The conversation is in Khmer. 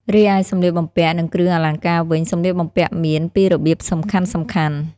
រីឯសម្លៀកបំពាក់ និងគ្រឿងអលង្ការវិញ សម្លៀកបំពាក់មាន ពីររបៀបសំខាន់ៗ ។